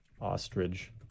ostrich